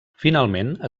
finalment